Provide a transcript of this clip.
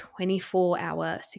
24-hour